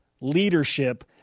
leadership